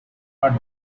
are